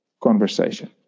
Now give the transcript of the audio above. conversation